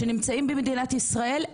שנמצאים במדינת ישראל,